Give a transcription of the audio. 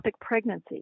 pregnancy